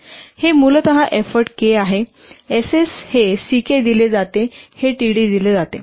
तर हे मूलतः एफ्फोर्ट K आहेतर Ss हे Ck दिले जाते हे td दिले जाते